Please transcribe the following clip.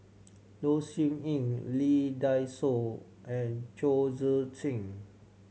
Low Siew Nghee Lee Dai Soh and Chong Tze Chien